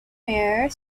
mayor